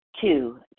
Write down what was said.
Two